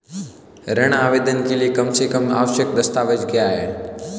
ऋण आवेदन के लिए कम से कम आवश्यक दस्तावेज़ क्या हैं?